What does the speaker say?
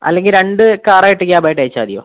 അല്ലെങ്കിൽ രണ്ട് കാർ ആയിട്ട് ക്യാബ് ആയിട്ട് അയച്ചാൽ മതിയോ